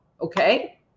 Okay